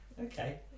okay